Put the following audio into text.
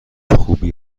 خوبی